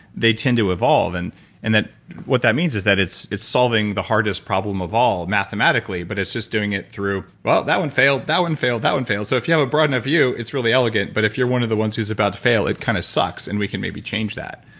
they tend to evolve and and what that means is that it's it's solving the hardest problem of all mathematically, but it's just doing it through, but that one failed, that one failed, that one failed. so if you have a broad enough view, it's really elegant. but if you're one of the ones who's about to fail, it kind of sucks, and we can maybe change that